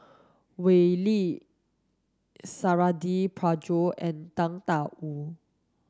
Wee Lin Suradi Parjo and Tang Da Wu